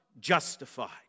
justified